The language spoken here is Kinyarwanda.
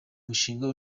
mushinga